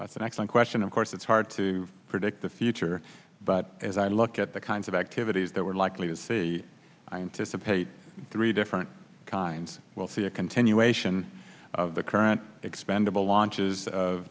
that's an excellent question of course it's hard to predict the future but as i look at the kinds of activities that we're likely to see i anticipate three different kinds we'll see a continuation of the current expendable launches of